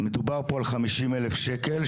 מדובר פה על חמישים אלף שקל,